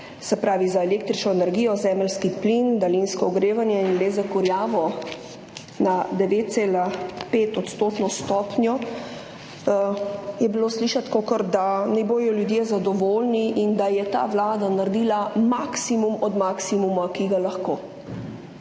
se pravi za električno energijo, zemeljski plin, daljinsko ogrevanje in les za kurjavo, na 9,5-odstotno stopnjo, je bilo slišati, kot da naj bodo ljudje zadovoljni in da je ta vlada naredila maksimum od maksimuma, ki ga lahko.